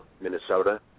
Minnesota